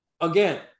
again